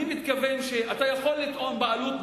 אני מתכוון שאתה יכול לטעון בעלות,